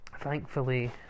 Thankfully